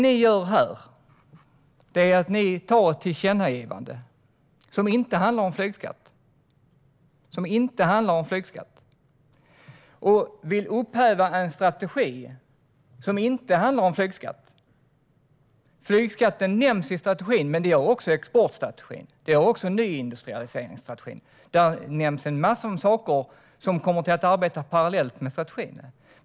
Nu vill ni med hjälp av ett tillkännagivande, som inte handlar om flygskatt, upphäva en strategi som inte handlar om flygskatt. Flygskatten nämns i strategin, men där nämns också exportstrategin och nyindustrialiseringsstrategin. Där nämns en mängd saker som kommer att arbeta parallellt med strategin.